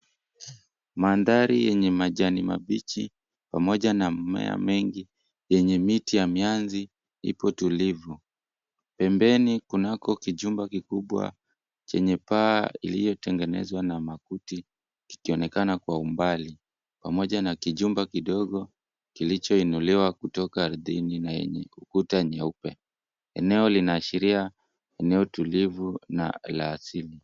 Mandhari yenye majani mabichi pamoja na mimea mengi yenye miti ya mianzi ipo tulivu. Pembeni kunako kijumba kikubwa chenye paa iliyotengenezwa na makuti kikionekana kwa umbali, pamoja na kijumba kidogo kilichoinuliwa kutoka ardhini na yenye ukuta nyeupe. Eneo linaashiria eneo tulivu na la asili.